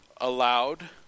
allowed